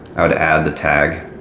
i would add the tag